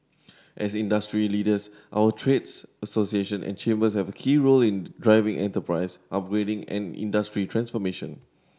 as industry leaders our trades association and chambers have a key role in driving enterprise upgrading and industry transformation